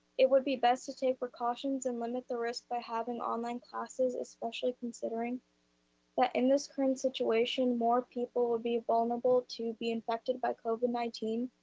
it would be best to take precautions and limit the risk by having online classes, especially considering that in this current situation, more people will be vulnerable to be infected by covid nineteen,